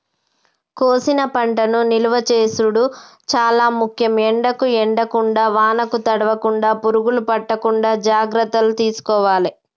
కోసిన పంటను నిలువ చేసుడు చాల ముఖ్యం, ఎండకు ఎండకుండా వానకు తడవకుండ, పురుగులు పట్టకుండా జాగ్రత్తలు తీసుకోవాలె